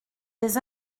des